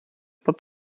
pat